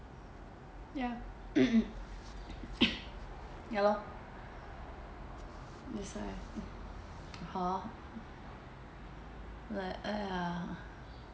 ya ya lor is like hor like !aiya!